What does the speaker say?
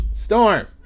Storm